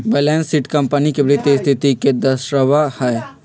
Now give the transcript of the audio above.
balance sheet company के वित्तीय स्थिति के दर्शावा हई